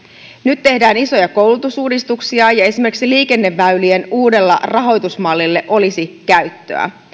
nyt tehdään isoja koulutusuudistuksia ja esimerkiksi liikenneväylien uudelle rahoitusmallille olisi käyttöä